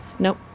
Nope